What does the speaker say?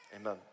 amen